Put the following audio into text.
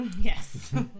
Yes